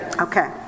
Okay